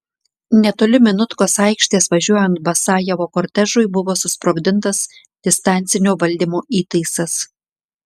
netoli minutkos aikštės važiuojant basajevo kortežui buvo susprogdintas distancinio valdymo įtaisas